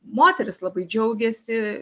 moterys labai džiaugiasi